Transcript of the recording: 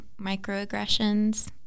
microaggressions